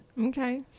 Okay